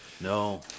No